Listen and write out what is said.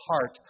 heart